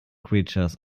creatures